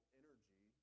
energy